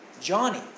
Johnny